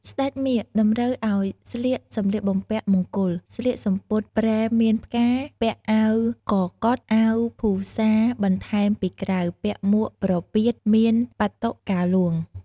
ស្ដេចមាឃ តម្រូវឱ្យស្លៀកសម្លៀកបំពាក់មង្គល ស្លៀកសំពត់ព្រែមានផ្កា ពាក់អាវកកុដ អាវភូសាបន្ថែមពីក្រៅ ពាក់មួកប្រពាត មានបាតុកាហ្លួង។